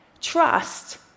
Trust